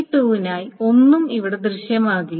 T2 നായി ഒന്നും ഇവിടെ ദൃശ്യമാകില്ല